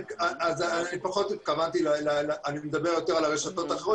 אני מדבר יותר על הרשתות האחרות,